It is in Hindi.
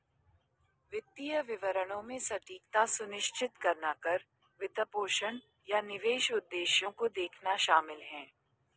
वित्तीय विवरणों में सटीकता सुनिश्चित करना कर, वित्तपोषण, या निवेश उद्देश्यों को देखना शामिल हैं